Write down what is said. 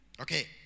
Okay